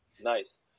Nice